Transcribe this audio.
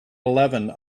eleven